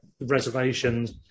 reservations